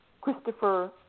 Christopher